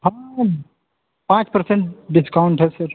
हाँ पाँच percent discount है सिर्फ